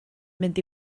mynd